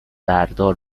بردار